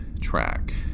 Track